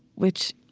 which